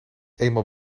eenmaal